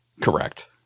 Correct